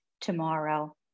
tomorrow